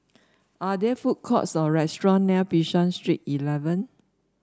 are there food courts or restaurant near Bishan Street Eleven